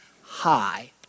hi